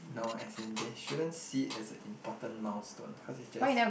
no as in they shouldn't see it as a important milestone cause is just